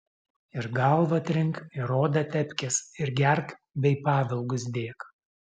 ir galvą trink ir odą tepkis ir gerk bei pavilgus dėk